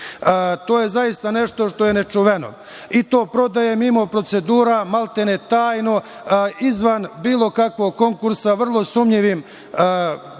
To je zaista nešto što je nečuveno. I to prodaje mimo procedura, maltene tajno, izvan bilo kakvog konkursa, vrlo sumnjivim kupcima.